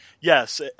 Yes